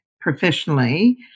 professionally